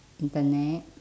internet